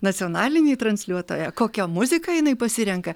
nacionalinį transliuotoją kokią muziką jinai pasirenka